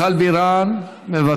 איננו, חברת הכנסת מיכל בירן, מוותרת.